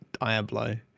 Diablo